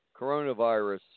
Coronavirus